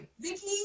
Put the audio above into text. Vicky